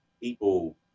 people